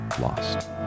lost